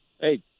hey